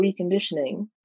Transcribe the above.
reconditioning